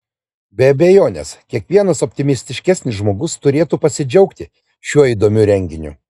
be abejonės kiekvienas optimistiškesnis žmogus turėtų pasidžiaugti šiuo įdomiu renginiu